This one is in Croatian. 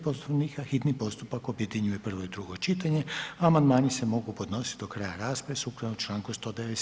Poslovnika hitni postupak objedinjuje prvo i drugo čitanje a amandmani se mogu podnositi do kraja rasprave sukladno članku 197.